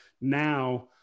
now